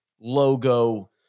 logo